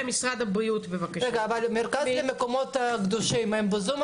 יוליה מלינובסקי (יו"ר ועדת מיזמי תשתית